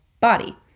body